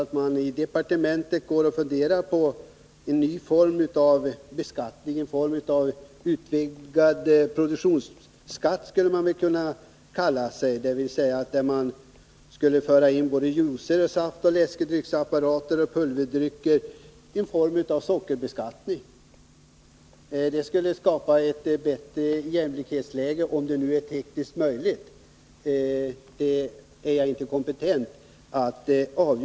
På departementet funderar man visst över en ny form av beskattning. Man skulle väl kunna kalla det för en utvidgad produktionsskatt, dvs. såväl juicer och safter som läskedrycksapparater och pulverdrycker skulle bli föremål för något slags sockerbeskattning. Detta skulle skapa bättre jämvikt, om det nu över huvud taget är tekniskt möjligt att införa ett sådant system.